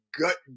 gut